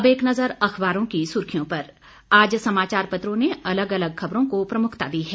अब एक नजर अखबारों की सुर्खियों पर आज समाचार पत्रों ने अलग अलग खबरों को प्रमुखता दी है